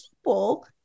people